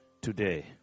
today